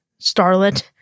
starlet